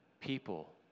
people